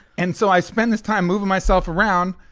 and so i spent this time moving myself around,